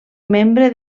membre